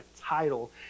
title